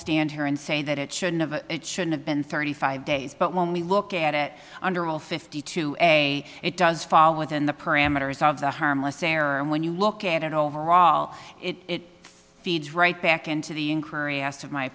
stand here and say that it shouldn't of it should have been thirty five days but when we look at it under all fifty two a it does fall within the parameters of the harmless error and when you look at it overall it feeds right back into the